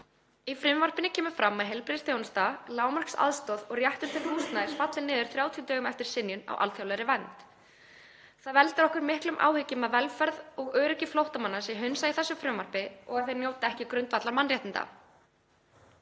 Í frumvarpinu kemur fram að heilbrigðisþjónusta, lágmarksaðstoð og réttur til húsnæðis falli niður 30 dögum eftir synjun á alþjóðlegri vernd. Það veldur okkur miklum áhyggjum að velferð og öryggi flóttamanna sé hunsað í þessu frumvarpi og að þau njóti ekki grundvallarmannréttinda.